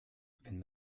wenn